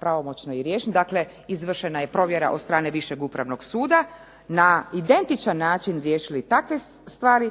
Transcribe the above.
pravomoćne i riješene, dakle izvršena je provjera od strane višeg upravnog suda, na identičan način riješili takve stvari